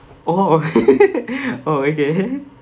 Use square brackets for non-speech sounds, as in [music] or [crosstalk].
oh [laughs] oh okay [laughs]